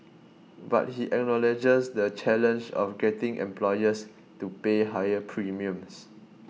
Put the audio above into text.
but he acknowledges the challenge of getting employers to pay higher premiums